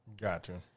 Gotcha